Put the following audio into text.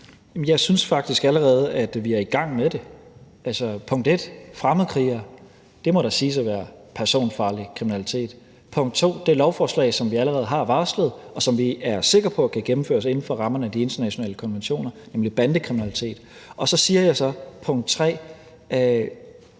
Jeg synes faktisk allerede, at vi er i gang med det. Altså, punkt 1: Fremmedkrigere må da siges at udføre personfarlig kriminalitet. Punkt 2: Det lovforslag, som vi allerede har varslet, er vi sikre på kan gennemføres inden for rammerne af de internationale konventioner, nemlig bandekriminalitet. Og så siger jeg så, punkt 3: